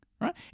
right